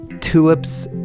Tulips